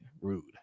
Rude